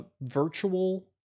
virtual